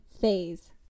phase